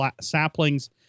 saplings